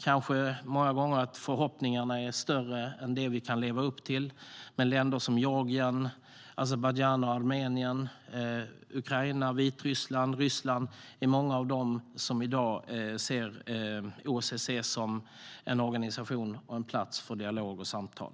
Kanske är förhoppningarna många gånger större än vad vi kan leva upp till, men av länder som Georgien, Azerbajdzjan, Armenien, Ukraina, Vitryssland och Ryssland är det många som i dag ser OSSE som en organisation och plats för dialog och samtal.